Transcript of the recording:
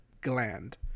gland